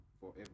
forever